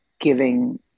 giving